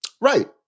Right